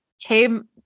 came